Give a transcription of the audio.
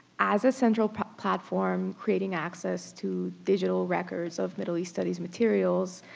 as a central platform creating access to digital records of middle east studies materials,